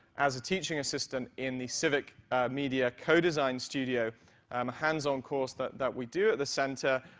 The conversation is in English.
as a teaching assistant in the civic media code design studio, um a hands on course that that we do at the center,